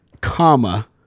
Comma